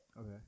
Okay